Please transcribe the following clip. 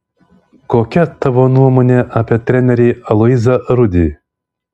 kokia tavo nuomonė apie trenerį aloyzą rudį